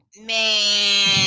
Man